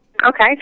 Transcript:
Okay